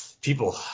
People